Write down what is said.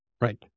Right